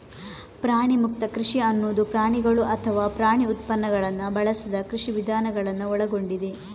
ಪ್ರಾಣಿಮುಕ್ತ ಕೃಷಿ ಅನ್ನುದು ಪ್ರಾಣಿಗಳು ಅಥವಾ ಪ್ರಾಣಿ ಉತ್ಪನ್ನಗಳನ್ನ ಬಳಸದ ಕೃಷಿ ವಿಧಾನಗಳನ್ನ ಒಳಗೊಂಡಿದೆ